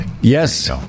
Yes